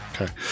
Okay